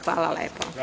Hvala lepo.